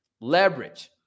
leverage